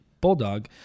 Bulldog